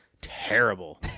Terrible